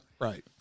right